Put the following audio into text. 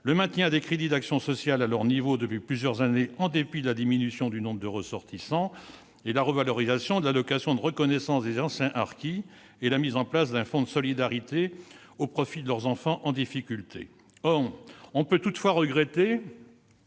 le maintien des crédits d'action sociale au niveau qui est le leur depuis plusieurs années, en dépit de la diminution du nombre de ressortissants ; la revalorisation de l'allocation de reconnaissance bénéficiant aux anciens harkis et la mise en place d'un fonds de solidarité au profit de leurs enfants en difficulté. On peut toutefois regretter